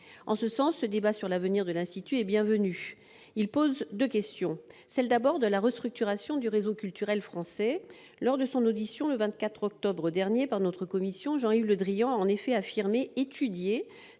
de vue, ce débat sur l'avenir de l'Institut français est bienvenu. Il pose deux questions. Celle, tout d'abord, de la restructuration du réseau culturel français. Lors de son audition, le 24 octobre dernier, par notre commission, Jean-Yves Le Drian a en effet affirmé étudier «